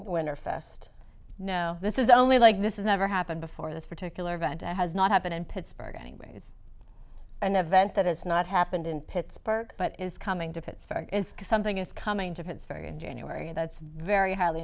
winter fest no this is only like this is never happened before this particular event has not happened in pittsburgh anyways an event that has not happened in pittsburgh but is coming to pittsburgh is something is coming to pittsburgh and january that's very highly